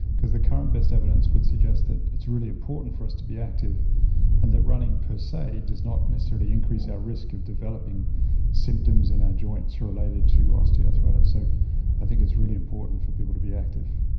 because the current best evidence would suggest that it's really important for us to be active and that running per se does not necessarily increase our risk of developing symptoms in our joints related to osteoarthritis. so i think it's really important for people to be active.